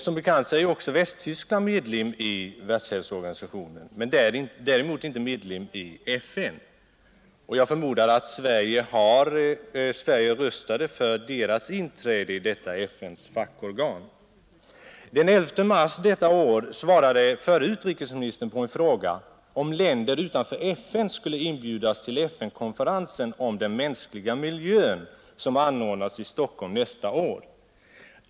Som bekant är Västtyskland medlem i WHO men däremot inte medlem i FN. Jag förmodar att Sverige röstade för Västtysklands inträde i detta FN:s fackorgan. Den 11 mars i år svarade förre utrikesministern på en fråga, om länder utanför FN skulle inbjudas till den FN-konferens om den mänskliga miljön som anordnas i Stockholm nästa år.